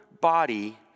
body